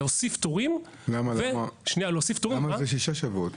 להוסיף תורים --- למה זה שישה שבועות?